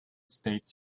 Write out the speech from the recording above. states